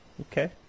Okay